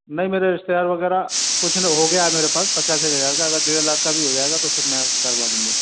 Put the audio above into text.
नहीं मेरे रिश्तेदार वग़ैरह कुछ तो हो गया है मेरे पास पच्चास साठ हज़ार का अगर डेढ़ लाख का भी हो जाएगा तो फिर मैं करवा दूँगा